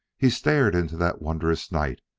he stared into that wondrous night,